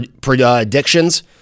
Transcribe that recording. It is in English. Predictions